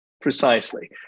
Precisely